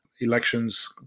Elections